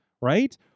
Right